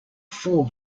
four